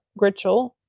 Gritchell